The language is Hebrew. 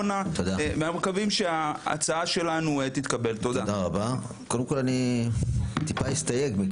שצריך להקים יחידה אפידמיולוגית קבועה בנתב"ג,